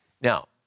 Now